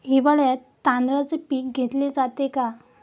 हिवाळ्यात तांदळाचे पीक घेतले जाते का?